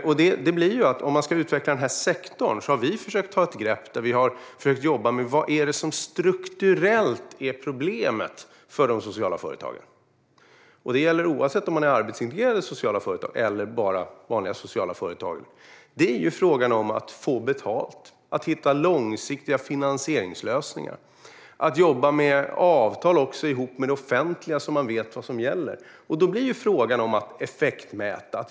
När det gäller att utveckla denna sektor har vi försökt ta ett grepp där vi jobbar med det strukturella problemet för de sociala företagen, och det gäller oavsett om det rör sig om arbetsintegrerande sociala företag eller bara vanliga sociala företag. Problemet är att få betalt och hitta långsiktiga finansieringslösningar - att jobba med avtal också med det offentliga, så att man vet vad som gäller. Då blir ju frågan om att mäta effekten helt avgörande.